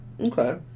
Okay